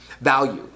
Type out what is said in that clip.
value